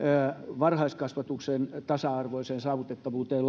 varhaiskasvatuksen tasa arvoisen saavutettavuuden